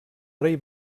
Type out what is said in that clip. rei